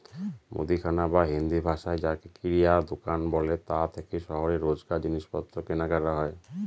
মুদিখানা বা হিন্দিভাষায় যাকে কিরায়া দুকান বলে তা থেকেই শহরে রোজকার জিনিসপত্র কেনাকাটা হয়